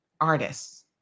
artists